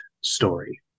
story